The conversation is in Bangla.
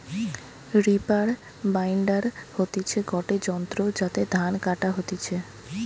রিপার বাইন্ডার হতিছে গটে যন্ত্র যাতে ধান কাটা হতিছে